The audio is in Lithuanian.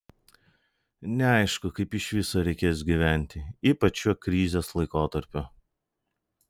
neaišku kaip iš viso reikės gyventi ypač šiuo krizės laikotarpiu